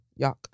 Yuck